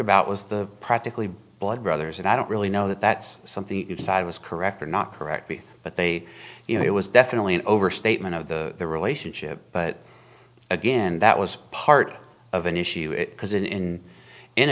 about was the practically blood brothers and i don't really know that that's something you decide was correct or not correct me but they you know it was definitely an overstatement of the relationship but again that was part of an issue because in in